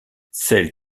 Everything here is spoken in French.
celles